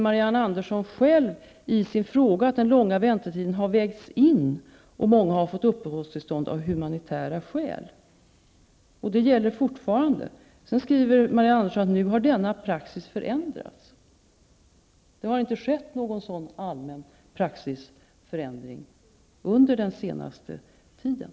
Marianne Andersson skrev själv i sin fråga att den långa väntetiden har vägts in och att många har fått uppehållstillstånd av humanitära skäl. Det gäller fortfarande. Men sedan skriver Marianne Andersson: ''Nu har denna praxis förändrats --.'' Det har inte skett någon sådan allmän praxisförändring under den senaste tiden.